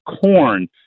corn